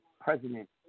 president